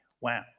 Wow